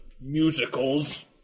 musicals